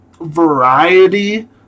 variety